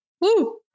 Woo